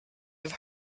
have